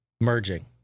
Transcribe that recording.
merging